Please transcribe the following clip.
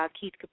Keith